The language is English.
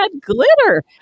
glitter